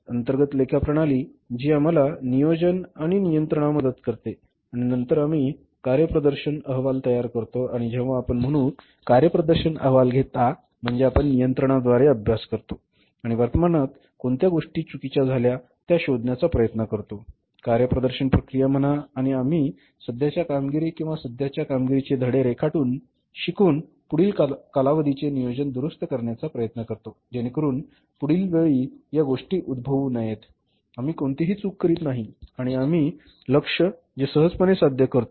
अंतर्गत लेखा प्रणाली जी आम्हाला नियोजन आणि नियंत्रणामध्ये मदत करते आणि नंतर आम्ही कार्यप्रदर्शन अहवाल तयार करतो आणि जेव्हा आपण म्हणू कार्यप्रदर्शन अहवाल घेता म्हणजे आपण नियंत्रणाद्वारे अभ्यास करतो आणि वर्तमानात कोणत्या गोष्टी चुकीच्या झाल्या त्या शोधण्याचा प्रयत्न करतो कार्यप्रदर्शन प्रक्रिया म्हणा आणि आम्ही सध्याच्या कामगिरी किंवा सध्याच्या कामगिरीचे धडे रेखाटून किंवा शिकून पुढील कालावधीचे नियोजन दुरुस्त करण्याचा प्रयत्न करतो जेणेकरून पुढील वेळी या गोष्टी उद्भवू नयेत आम्ही कोणतीही चूक करीत नाही आणि आम्ही लक्ष्य जे सहजपणे साध्य करतो